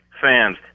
fans